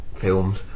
films